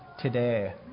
today